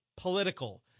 political